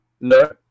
no